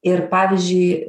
ir pavyzdžiui